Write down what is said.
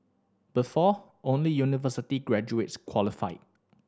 before only university graduates qualified